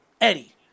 Eddie